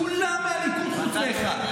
כולם מהליכוד, חוץ מאחד.